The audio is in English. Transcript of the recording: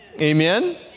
Amen